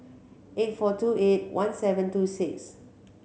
eight four two eight one seven two six